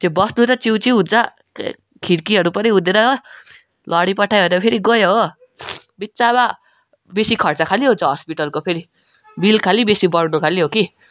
त्यो बस्नु त चिउचिउ हुन्छ खिडकीहरू पनि हुँदैन हो लडी पठायो भने गयो हो बित्थामा बेसी खर्च खालि हुन्छ हस्पिटलको फेरि बिल खालि बेसी बढाउनु खालि हो कि